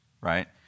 right